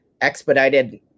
expedited